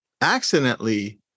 accidentally